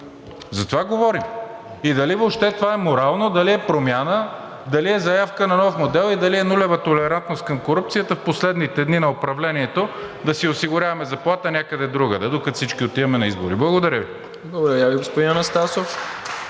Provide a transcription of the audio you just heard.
За това говорим. И дали въобще това е морално, дали е промяна, дали е заявка за нов модел и дали е нулева толерантност към корупцията, в последните дни на управлението да си осигуряваме заплата някъде другаде, докато всички отиваме на избори?! Благодаря Ви.